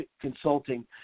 consulting